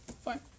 Fine